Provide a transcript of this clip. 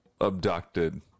abducted